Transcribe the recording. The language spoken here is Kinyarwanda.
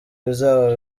bizaba